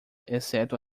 exceto